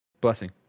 Blessing